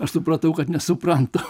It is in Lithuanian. aš supratau kad nesuprantu